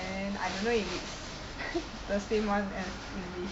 then I don't know if it's the same [one] as english